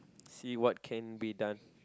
see what can be done